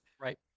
Right